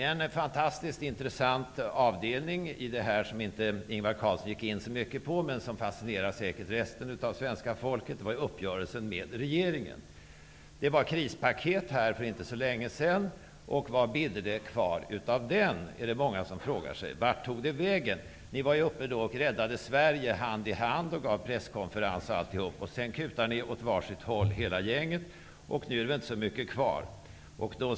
En fantastiskt intressant avdelning, som Ingvar Carlsson inte gick så mycket in på men som säkert fascinerar resten av svenska folket, är uppgörelsen med regeringen. Det var krispaket här för inte så länge sedan. Vad bidde det kvar av det? frågar sig många. Vart tog det vägen? Ni räddade ju Sverige hand i hand och gav presskonferens. Sedan kutade ni åt var sitt håll, hela gänget. Nu är det inte så mycket kvar av det hela.